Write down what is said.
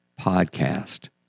podcast